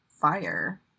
fire